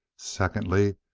secondly,